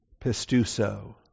pistuso